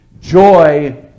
joy